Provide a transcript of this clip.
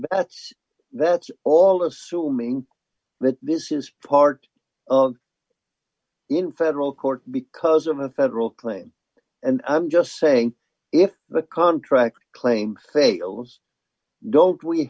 that's that's all assuming that this is part of in federal court because of a federal claim and i'm just saying if the contract claim fails don't we